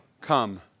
Come